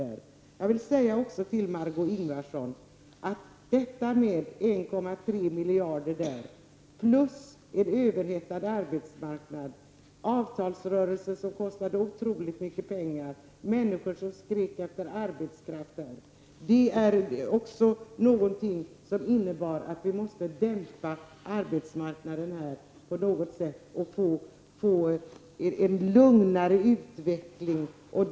Detta med 1,3 miljarder kronor, Margö Ingvardsson, plus en överhettad arbetsmarknad, avtalsrörelsen som kostade otroligt mycket pengar samt människor som skrek efter arbetskraft innebar att vi måste dämpa arbetsmarknaden på något sätt och få en lugnare utveckling.